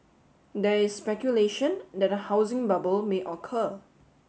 there is speculation that a housing bubble may occur